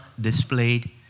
displayed